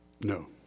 No